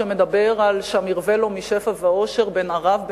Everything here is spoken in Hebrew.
שמדבר על "שם ירווה לו משפע ואושר בן ערב,